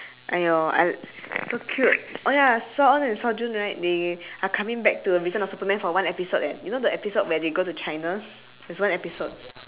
!aiyo! I so cute oh ya seoeon and seojun right they are coming back to return of superman for one episode eh you know the episode where they go to china there's one episode